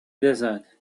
desert